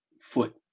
foot